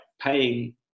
paying